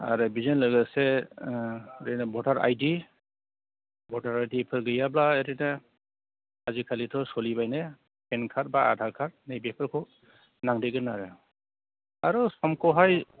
आरो बिजों लोगोसे ओ भटार आइडि भटार आइडिफोर गैयाब्ला ओरैनो आजिखालिथ' सोलिबायनो पेन कार्ड एबा आधार कार्ड नैबेफोरखौ नांदेरगोन आरो आरो फरमखौहाय